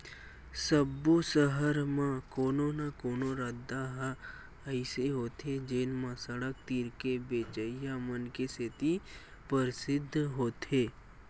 सब्बो सहर म कोनो न कोनो रद्दा ह अइसे होथे जेन म सड़क तीर के बेचइया मन के सेती परसिद्ध होथे